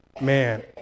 man